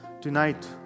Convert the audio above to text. Tonight